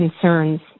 concerns